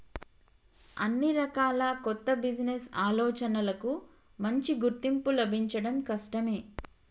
అన్ని రకాల కొత్త బిజినెస్ ఆలోచనలకూ మంచి గుర్తింపు లభించడం కష్టమే